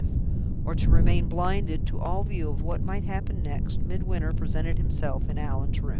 or to remain blinded to all view of what might happen next, midwinter presented himself in allan's room.